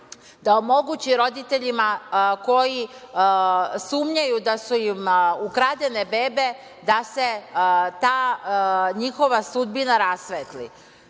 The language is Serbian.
da omogući roditeljima koji sumnjaju da su im ukradene bebe da se ta njihova sudbina rasvetli. Šta